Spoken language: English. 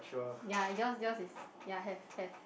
ya yours yours is ya have have